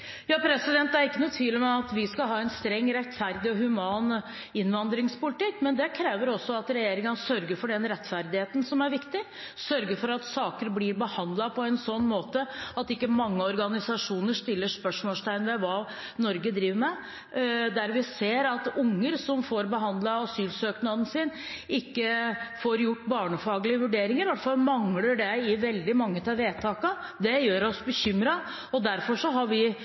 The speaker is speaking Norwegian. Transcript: Det er ikke noen tvil om at vi skal ha en streng, rettferdig og human innvandringspolitikk. Men det krever at regjeringen sørger for den rettferdigheten som er viktig, sørger for at saker blir behandlet på en sånn måte at mange organisasjoner ikke setter spørsmålstegn ved hva Norge driver med, der vi ser at unger som får behandlet asylsøknaden sin, ikke får barnefaglige vurderinger – i hvert fall mangler det i veldig mange av vedtakene. Det gjør oss bekymret. Derfor har vi